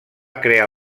crear